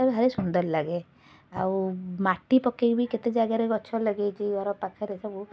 ଭାରି ସୁନ୍ଦର ଲାଗେ ଆଉ ମାଟି ପକାଇବି କେତେ ଜାଗାରେ ଗଛ ଲଗାଇଛି ଘର ପାଖରେ ସବୁ